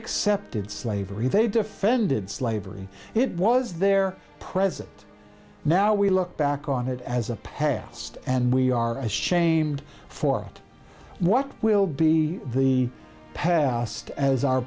accepted slavery they defended slavery it was their present now we look back on it as a past and we are ashamed for what will be the past as our